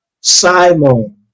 Simon